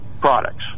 products